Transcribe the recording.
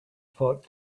fight